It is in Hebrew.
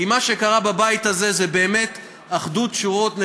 כי מה שקרה בבית הזה הוא באמת אחדות שורות נדירה,